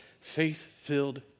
faith-filled